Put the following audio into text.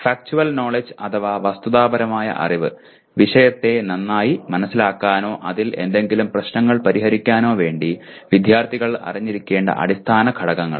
factual knowledge അഥവാ വസ്തുതാപരമായ അറിവ് വിഷയത്തെ നന്നായി മനസ്സിലാക്കാനോ അതിൽ എന്തെങ്കിലും പ്രശ്നങ്ങൾ പരിഹരിക്കാനോ വേണ്ടി വിദ്യാർത്ഥികൾ അറിഞ്ഞിരിക്കേണ്ട അടിസ്ഥാന ഘടകങ്ങൾ